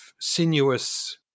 sinuous